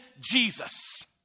Jesus